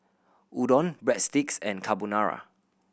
Udon Breadsticks and Carbonara